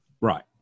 Right